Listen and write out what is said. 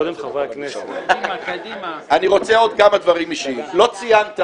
אני רוצה עוד כמה דברים אישיים: לא ציינת